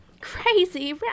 Crazy